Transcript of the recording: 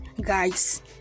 guys